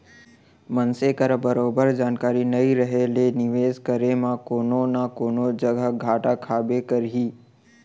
मनसे करा बरोबर जानकारी नइ रहें ले निवेस करे म कोनो न कोनो जघा घाटा खाबे करही